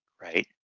right